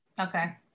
okay